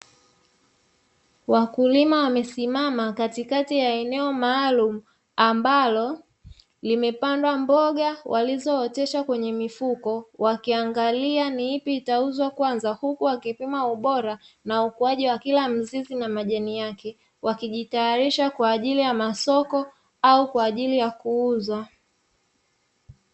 Wakulima wamesimama katikati ya eneo maalumu ambalo limepandwa mboga walizootesha kwenye mifuko, wakiangalia ni ipi itauzwa kwanza huku wakipima ubora na ukuaji wa kila mzizi na majani yake, wakijitayarisha kwa ajili ya masoko au kwa ajili ya kuuzwa.